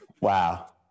Wow